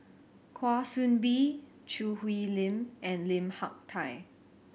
Kwa Soon Bee Choo Hwee Lim and Lim Hak Tai